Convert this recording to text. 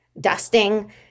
dusting